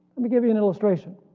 let me give you an illustration.